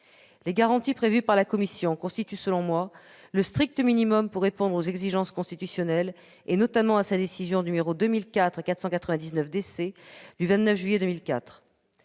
Les garanties prévues par la commission constituent, selon moi, le strict minimum pour répondre aux exigences constitutionnelles et, notamment, à sa décision n° 2004-499 DC du 29 juillet 2004.